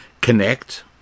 Connect